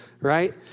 right